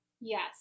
Yes